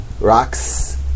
rocks